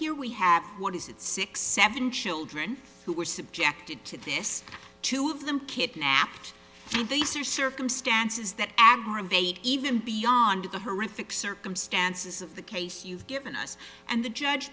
here we have what is it six seven children who were subjected to this two of them kidnapped and they searched circumstances that aggravate even beyond the horrific circumstances of the case you've given us and the judge